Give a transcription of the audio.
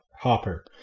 hopper